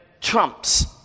trumps